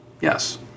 yes